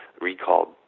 recalled